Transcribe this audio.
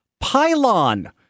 Pylon